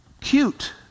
Cute